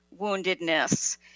woundedness